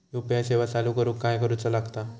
UPI सेवा चालू करूक काय करूचा लागता?